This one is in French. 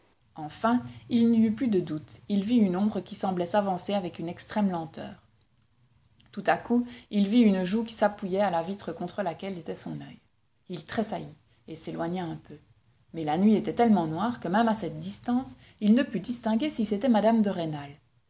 enfin il n'y eut plus de doute il vit une ombre qui semblait s'avancer avec une extrême lenteur tout à coup il vit une joue qui s'appuyait à la vitre contre laquelle était son oeil il tressaillit et s'éloigna un peu mais la nuit était tellement noire que même à cette distance il ne put distinguer si c'était mme de rênal